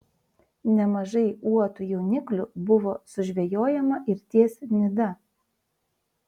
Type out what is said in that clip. nemažai uotų jauniklių buvo sužvejojama ir ties nida